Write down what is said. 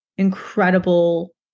incredible